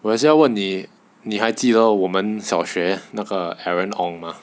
我也是要问你你还记得我们小学那个 aaron ong 吗